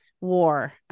war